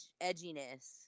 Edginess